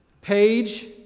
Page